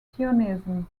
zionism